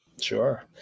Sure